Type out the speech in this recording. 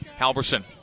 Halverson